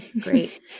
great